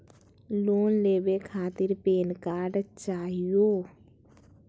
Loan लेवे खातीर PAN card चाहियो?